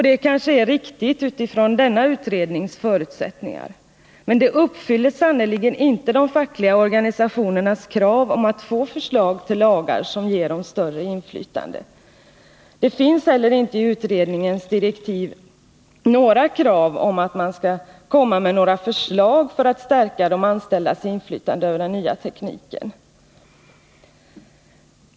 Det kanske är riktigt utifrån denna utrednings förutsättningar, men det uppfyller sannerligen inte de fackliga organisationernas krav om att få förslag till lagar som ger dem större inflytande. Det finns heller inte i utredningens direktiv några krav om att man skall komma med förslag för att stärka de anställdas inflytande över den nya tekniken.